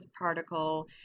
particle